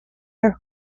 their